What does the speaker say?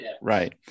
Right